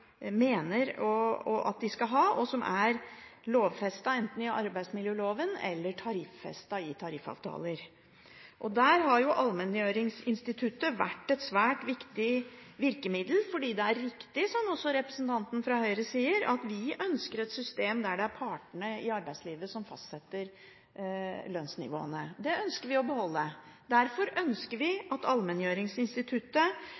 ha, og som er lovfestet i arbeidsmiljøloven eller tariffestet i tariffavtaler. Og der har allmenngjøringsinstituttet vært et svært viktig virkemiddel, fordi det er riktig – som også representanten fra Høyre sier – at vi ønsker et system der det er partene i arbeidslivet som fastsetter lønnsnivåene. Det ønsker vi å beholde. Derfor ønsker